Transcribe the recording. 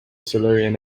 silurian